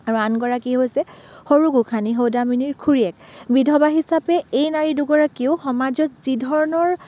আৰু আনগৰাকী হৈছে সৰু গোসাঁনী সৌদামিনীৰ খুৰীয়েক বিধৱা হিচাপে এই নাৰী দুগৰাকীয়েও সমাজত যি ধৰণৰ